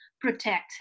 protect